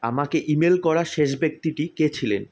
আমাকে ইমেল করা শেষ ব্যক্তিটি কে ছিলেন